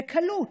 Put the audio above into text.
בקלות.